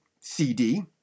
CD